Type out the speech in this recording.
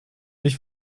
dich